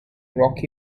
rocky